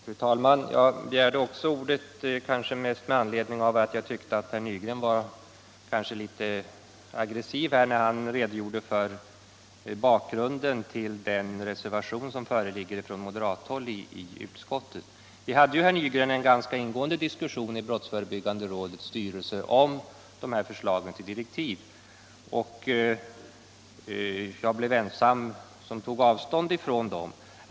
Fru talman! Jag begärde ordet med anledning av att också jag tyckte att herr Nygren var väl aggressiv när han redogjorde för bakgrunden till den reservation som föreligger från moderaterna i utskottet om direktiven till utredningen. Vi hade, herr Nygren, en ganska ingående diskussion i brottsförebyggande rådets styrelse om de här förslagen till direktiv. Jag blev ensam om att ta avstånd från delar av förslaget.